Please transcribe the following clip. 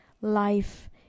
life